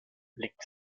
liegt